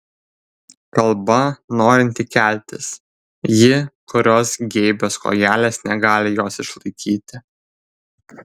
kalba norinti keltis ji kurios geibios kojelės negali jos išlaikyti